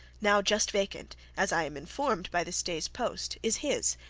now just vacant, as i am informed by this day's post, is his,